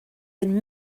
been